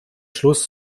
schluss